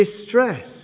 distress